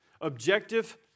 objective